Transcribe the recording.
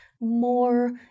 more